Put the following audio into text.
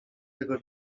tego